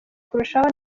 kurushaho